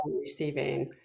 receiving